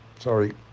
Sorry